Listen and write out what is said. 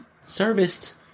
serviced